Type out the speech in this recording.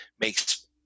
makes